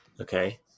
Okay